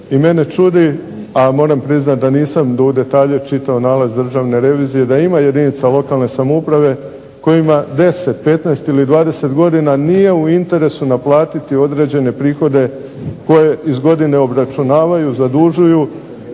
i mene čudi, a moram priznati da nisam u detalje čitao nalaz državne revizije, da ima jedinica lokalne samouprave kojima 10, 15 ili 20 godina nije u interesu naplatiti određene prihode koje iz godine obračunavaju, zadužuju,